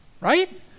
right